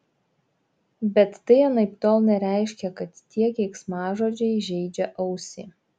bet tai anaiptol nereiškia kad tie keiksmažodžiai žeidžia ausį